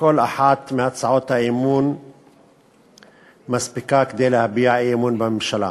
כל אחת מהצעות האי-אמון מספיקה כדי להביע אי-אמון בממשלה: